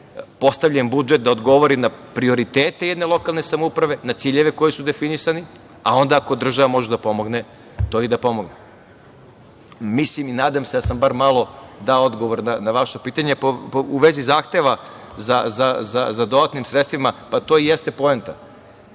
postavljen budžet da odgovori na prioritete jedne lokalne samouprave, na ciljeve koji su definisani, a onda ako država može da pomogne tu je da pomogne. Mislim i nadam se da sam bar malo dao odgovor na vaše pitanje, u vezi zahteva za dodatnim sredstvima. To i jeste poenta.